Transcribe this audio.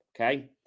Okay